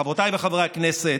חברותיי וחברי הכנסת,